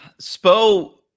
Spo